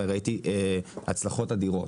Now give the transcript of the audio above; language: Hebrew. וראיתי הצלחות אדירות.